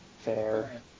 fair